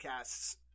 podcasts